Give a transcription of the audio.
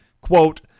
Quote